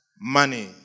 money